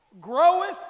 groweth